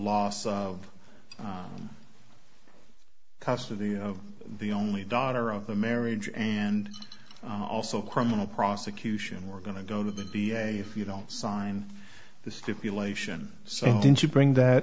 loss of custody of the only daughter of the marriage and also criminal prosecution we're going to go to the da if you don't sign the stipulation so didn't you bring that